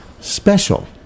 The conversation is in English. special